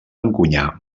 encunyar